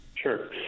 Sure